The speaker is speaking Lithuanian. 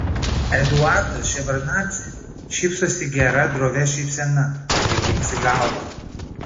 eduardas ševardnadzė šypsosi gera drovia šypsena ir linksi galva